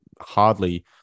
Hardly